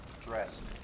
dress